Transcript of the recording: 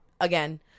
again